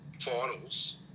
finals